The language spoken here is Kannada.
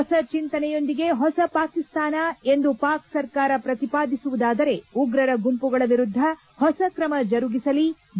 ಹೊಸ ಚಿಂತನೆಯೊಂದಿಗೆ ಹೊಸ ಪಾಕಿಸ್ತಾನ ಎಂದು ಪಾಕ್ ಸರ್ಕಾರ ಪ್ರತಿಪಾದಿಸುವುದಾದರೆ ಉಗ್ರರ ಗುಂಪುಗಳ ವಿರುದ್ಧ ಹೊಸ ್ರಕ್ತಮ ಜರುಗಿಸಲಿ ಭಾರತ ಒತ್ತಾಯ